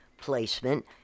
placement